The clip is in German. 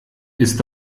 ist